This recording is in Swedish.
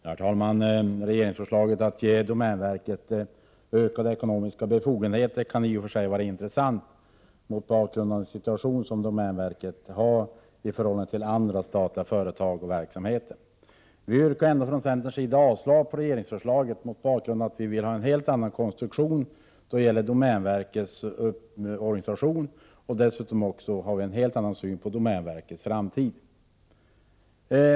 Herr talman! Mot bakgrund av den ställning som domänverket har i förhållande till andra statliga företag och verksamheter, kan regeringsförslaget om att ge domänverket ökade ekonomiska befogenheter i och för sig vara intressant. Vi från centern yrkar ändå avslag på regeringsförslaget, eftersom vi vill ha en helt annan konstruktion när det gäller domänverkets organisation. Dessutom har vi en helt annan syn på domänverkets framtid.